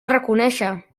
reconéixer